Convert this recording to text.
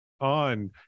on